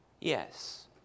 Yes